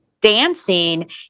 dancing